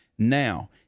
Now